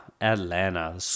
Atlanta